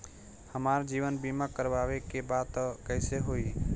हमार जीवन बीमा करवावे के बा त कैसे होई?